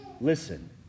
listen